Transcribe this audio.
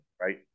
right